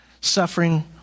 suffering